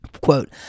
Quote